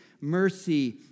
mercy